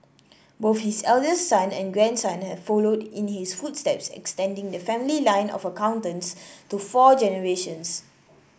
both his eldest son and grandson have followed in his footsteps extending the family line of accountants to four generations